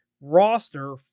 roster